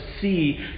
see